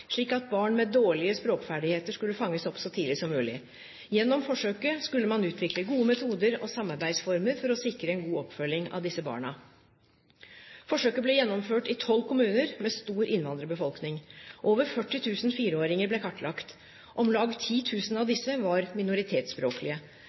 slik at barn med dårlige språkferdigheter skulle fanges opp så tidlig som mulig. Gjennom forsøket skulle man utvikle gode metoder og samarbeidsformer for å sikre en god oppfølging av disse barna. Forsøket ble gjennomført i tolv kommuner med stor innvandrerbefolkning. Over 40 000 fireåringer ble kartlagt. Om lag 10 000 av